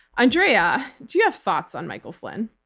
andrea, do you have thoughts on michael flynn?